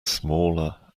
smaller